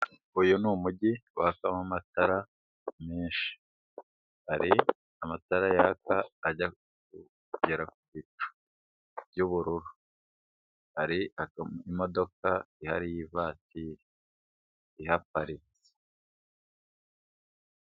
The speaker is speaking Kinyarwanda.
Uyu ni umujyi wakamo amatara menshi, hari amatara yaka ajya kugera ku bicu by'ubururu hari imodoka y'ivatiri ihaparitse.